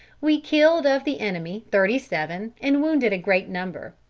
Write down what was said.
we killed of the enemy thirty-seven and wounded a great number.